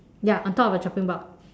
ya on top of the chopping board